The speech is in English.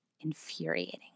infuriating